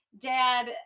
dad